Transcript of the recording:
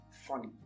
funny